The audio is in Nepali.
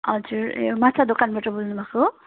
हजुर ए माछा दोकानबाट बोल्नु भएको हो